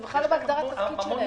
זה בכלל לא בהגדרת התפקיד שלהן.